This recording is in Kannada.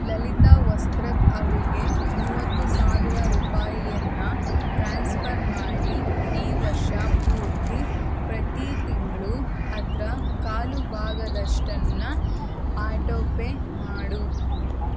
ಲಲಿತಾ ವಸ್ತ್ರದ್ ಅವರಿಗೆ ಮೂವತ್ತು ಸಾವಿರ ರೂಪಾಯಿಯನ್ನು ಟ್ರಾನ್ಸ್ಫರ್ ಮಾಡಿ ಈ ವರ್ಷ ಪೂರ್ತಿ ಪ್ರತಿ ತಿಂಗಳೂ ಅದರ ಕಾಲು ಭಾಗದಷ್ಟನ್ನು ಆಟೋಪೆ ಮಾಡು